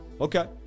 Okay